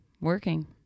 working